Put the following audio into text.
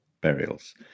burials